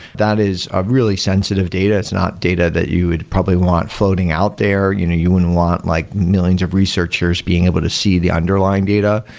that is a really sensitive data. it's not data that you would probably want floating out there. you wouldn't and want like millions of researchers being able to see the underlying data,